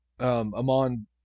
Amon